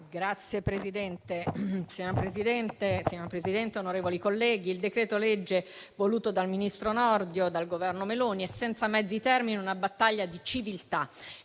Signor Presidente, onorevoli colleghi, il decreto-legge voluto dal ministro Nordio e dal Governo Meloni è senza mezzi termini una battaglia di civiltà